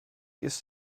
ist